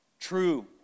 True